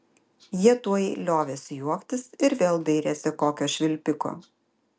jie tuoj liovėsi juoktis ir vėl dairėsi kokio švilpiko